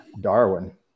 Darwin